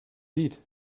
feet